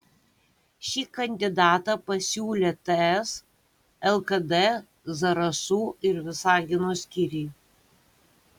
šį kandidatą pasiūlė ts lkd zarasų ir visagino skyriai